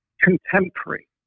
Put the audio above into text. contemporary